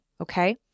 okay